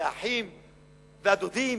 והאחים והדודים,